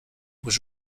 was